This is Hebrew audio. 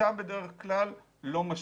חיטה בדרך כלל לא משקים.